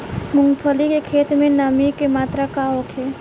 मूँगफली के खेत में नमी के मात्रा का होखे?